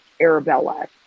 Arabella